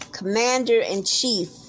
commander-in-chief